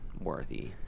worthy